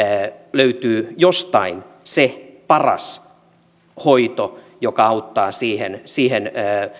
löytyy jostain se paras hoito joka auttaa siihen siihen